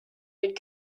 had